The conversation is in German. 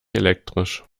elektrisch